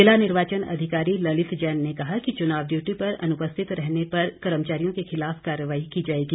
जिला निर्वाचन अधिकारी ललित जैन ने कहा कि चुनाव ड्यूटी पर अनुपस्थित रहने पर कर्मचारियों के खिलाफ कार्यवाही की जाएगी